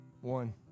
One